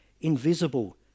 invisible